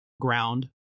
ground